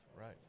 Right